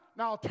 now